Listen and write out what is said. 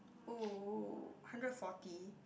oh oh hundred forty